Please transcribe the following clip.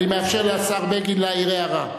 אני מאפשר לשר בגין להעיר הערה.